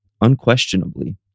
unquestionably